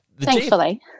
Thankfully